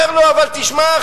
אומר לו: אבל תשמע,